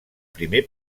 primer